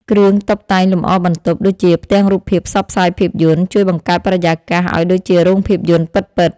គ្រឿងតុបតែងលម្អបន្ទប់ ដូចជាផ្ទាំងរូបភាពផ្សព្វផ្សាយភាពយន្ត ជួយបង្កើតបរិយាកាសឱ្យដូចជារោងភាពយន្តពិតៗ។